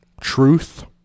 truth